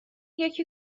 یکی